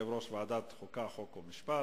הראשונה בעצם,